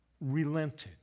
relented